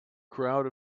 crowd